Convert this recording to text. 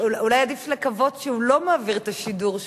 אולי עדיף לקוות שהוא לא מעביר את השידור,